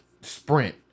Sprint